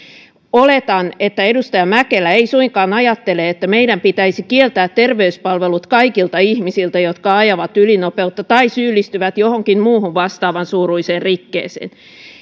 oletan että edustaja mäkelä ei suinkaan ajattele että meidän pitäisi kieltää terveyspalvelut kaikilta ihmisiltä jotka ajavat ylinopeutta tai syyllistyvät johonkin muuhun vastaavansuuruiseen rikkeeseen